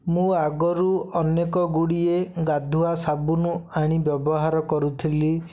ମୁଁ ଆଗରୁ ଅନେକ ଗୁଡ଼ିଏ ଗାଧୁଆ ସାବୁନ ଆଣି ବ୍ୟବହାର କରୁଥିଲି